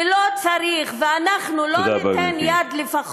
ולא צריך, תודה